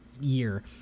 year